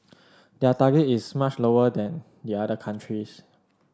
their target is much lower than the other countries